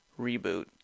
reboot